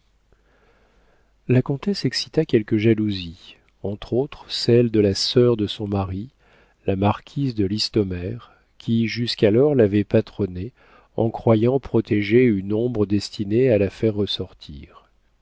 la comtesse excita quelques jalousies entre autres celle de la sœur de son mari la marquise de listomère qui jusqu'alors l'avait patronnée en croyant protéger une ombre destinée à la faire ressortir